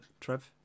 Trev